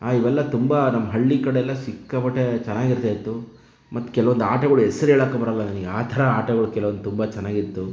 ಹಾಂ ಇವೆಲ್ಲ ತುಂಬ ನಮ್ಮ ಹಳ್ಳಿ ಕಡೆಯೆಲ್ಲ ಸಿಕ್ಕಾಪಟ್ಟೆ ಚೆನ್ನಾಗಿ ಇರ್ತಿತ್ತು ಮತ್ತು ಕೆಲವೊಂದು ಆಟಗಳ ಹೆಸರು ಹೇಳೋಕ್ಕೂ ಬರಲ್ಲ ನನಗೆ ಆ ಥರ ಆಟಗಳು ಕೆಲವು ತುಂಬ ಚೆನ್ನಾಗಿತ್ತು